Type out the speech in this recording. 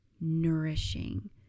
nourishing